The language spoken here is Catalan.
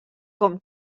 com